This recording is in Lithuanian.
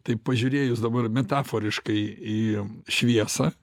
taip pažiūrėjus dabar metaforiškai į šviesą